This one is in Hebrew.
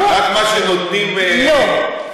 רק מה שנותנים, לא.